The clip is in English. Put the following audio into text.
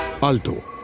Alto